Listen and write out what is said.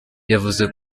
yavuze